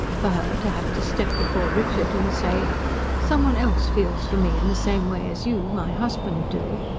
for her to have to step before richard and say some one else feels for me in the same way as you, my husband, do,